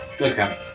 Okay